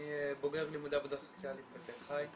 אני בוגר לימודי עבודה סוציאלית בתל חי,